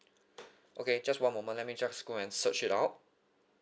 okay just one moment let me just go and search it out